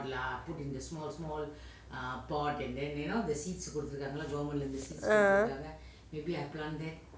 ah